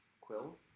quill